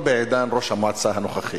לא בעידן ראש המועצה המקומי,